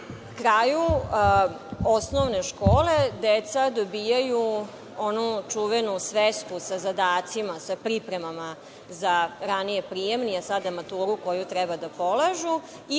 kraju osnovne škole, deca dobijaju onu čuvenu svesku sa zadacima, sa pripremama za ranije prijemni, a sada maturu koju treba da polažu